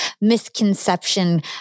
misconception